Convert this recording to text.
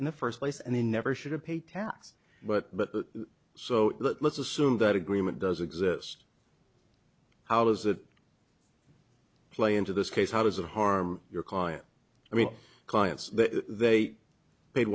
in the first place and they never should have paid tax but that so let's assume that agreement does exist how does that play into this case how does it harm your client i mean clients that they paid